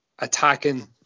attacking